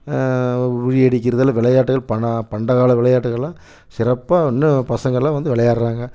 உறியடிக்கிறதெல்லாம் விளையாட்டுகள் பண்ணா பண்ட கால விளையாட்டுகள் எல்லாம் சிறப்பாக இன்னும் பசங்களாக வந்து விளையாட்றாங்க